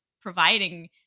providing